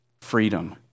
freedom